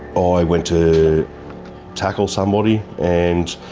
i went to tackle somebody and